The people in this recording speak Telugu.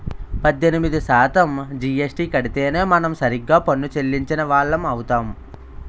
పద్దెనిమిది శాతం జీఎస్టీ కడితేనే మనం సరిగ్గా పన్ను చెల్లించిన వాళ్లం అవుతాం